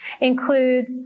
Includes